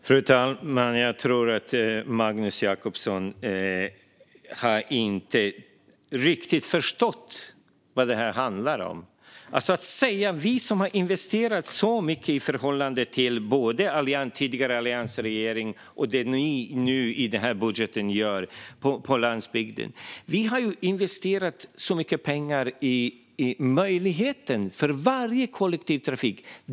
Fru talman! Jag tror inte att Magnus Jacobsson riktigt har förstått vad detta handlar om. Vi har ju investerat så mycket på landsbygden i förhållande till både den tidigare alliansregeringen och det ni nu gör i denna budget. Vi har investerat så mycket pengar i möjligheten till kollektivtrafik.